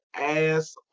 ass